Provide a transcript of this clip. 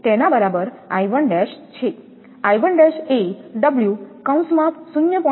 તેથી તેના બરાબર 𝑖1′ છે 𝑖1′ એ 𝜔 0